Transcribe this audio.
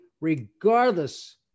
regardless